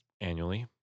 annually